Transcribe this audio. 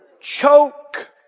Choke